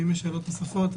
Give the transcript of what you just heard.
אם יש שאלות נוספת,